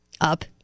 up